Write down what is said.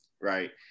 Right